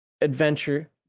adventure